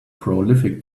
prolific